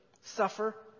suffer